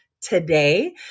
today